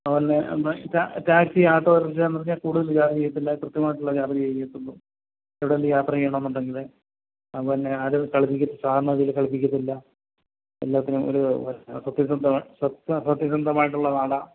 അതുപോലെ തന്നെ taxi autorickshaw എന്ന് പറഞ്ഞാൽ കൂടുതൽ ചാർജ് ചെയ്യത്തില്ല കൃത്യമായിട്ടുള്ള ചാർജ് ചെയ്യത്തുള്ളു എവിടെ എങ്കിലും യാത്ര ചെയ്യണമെന്നുണ്ടെങ്കിൽ അതുപോലെ തന്നെ ആരും കളിപ്പിക്കത്തില്ല സാറിനെ അതുപോലെ കളിപ്പിക്കത്തില്ല എല്ലാത്തിനും ഒരൂ സത്യസന്ധത സത്യ സത്യസന്ധമായിട്ടുള്ള നാടാണ്